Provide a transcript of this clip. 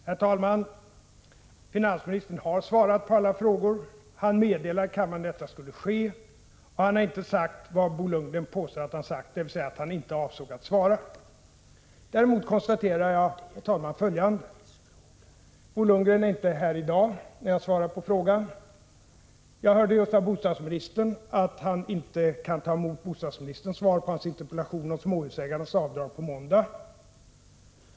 Herr talman! Finansministern har svarat på alla frågor. Han meddelade kammaren när detta skulle ske. Och han har inte sagt vad Bo Lundgren påstår att han har sagt, nämligen att han inte avsåg att svara. Däremot konstaterar jag, herr talman, följande. Bo Lundgren är inte här i dag när jag svarar på frågan. Jag hörde just av bostadsministern att Bo Lundgren inte nu på måndag kan ta emot bostadsministerns svar på hans interpellation om småhusägarnas avdrag.